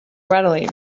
readily